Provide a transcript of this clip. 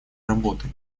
работы